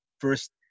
first